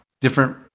different